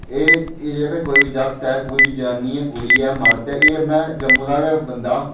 एह् एह् जेह्का कोई बी जागत ऐ कोई बी जनान्नी ऐ कुड़ी ऐ मर्द ऐ एह् अपना जम्मू दा बंदा